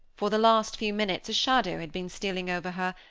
for the last few minutes a shadow had been stealing over her,